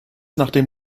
nachdem